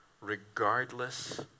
regardless